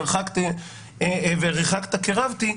ואת אשר רחקת קרבתי.